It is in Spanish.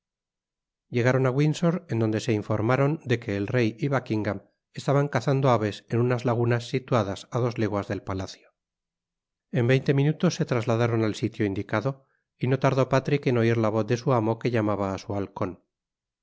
llegaron á windsor en donde se informaron de que el rey y buckingam estaban cazando aves en unas lagunas situadas á dos leguas del palacio en veinte minutos se trasladaron al sitio indicado y no tardó patrik en oír la voz de su amo que llamaba á su halcon